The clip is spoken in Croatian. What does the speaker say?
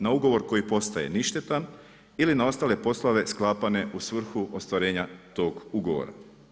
Na ugovor koji postaje ništetan ili na ostale poslove sklapane u svrhu ostvarenja tog ugovora.